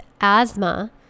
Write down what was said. asthma